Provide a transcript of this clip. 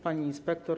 Pani Inspektor!